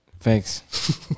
Thanks